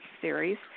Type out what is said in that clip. series